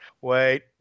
Wait